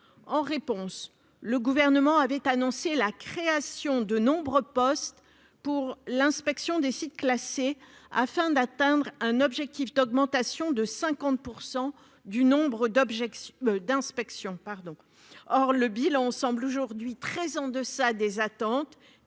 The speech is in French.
En réponse, le Gouvernement avait annoncé la création de nombreux postes pour l'inspection des sites classés, afin d'atteindre un objectif d'augmentation de 50 % de leur nombre. Or le bilan semble aujourd'hui très en deçà des attentes